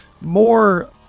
more